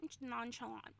nonchalant